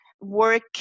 work